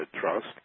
trust